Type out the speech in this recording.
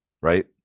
right